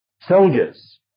soldiers